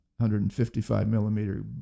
155-millimeter